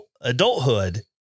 adulthood